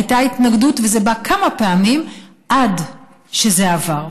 הייתה התנגדות, וזה בא כמה פעמים עד שזה עבר.